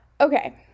Okay